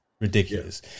Ridiculous